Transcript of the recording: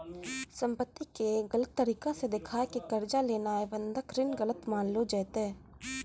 संपत्ति के गलत तरिका से देखाय के कर्जा लेनाय बंधक ऋण गलत मानलो जैतै